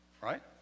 right